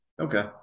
Okay